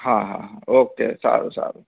હા હા હા ઓકે સારું સારું